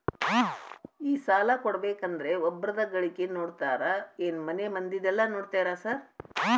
ಈ ಸಾಲ ಕೊಡ್ಬೇಕಂದ್ರೆ ಒಬ್ರದ ಗಳಿಕೆ ನೋಡ್ತೇರಾ ಏನ್ ಮನೆ ಮಂದಿದೆಲ್ಲ ನೋಡ್ತೇರಾ ಸಾರ್?